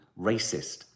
racist